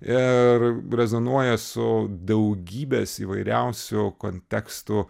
ir rezonuoja su daugybės įvairiausių kontekstų